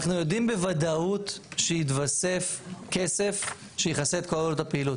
אנחנו יודעים בוודאות שיתווסף כסף שיכסה את כל עלות הפעילות,